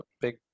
big